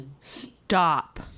stop